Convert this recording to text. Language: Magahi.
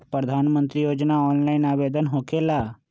प्रधानमंत्री योजना ऑनलाइन आवेदन होकेला?